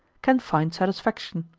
can find satisfaction.